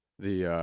the ah,